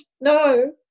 No